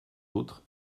autres